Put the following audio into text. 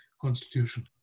constitution